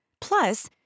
Plus